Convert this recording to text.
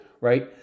right